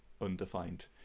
undefined